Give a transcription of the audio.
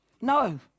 No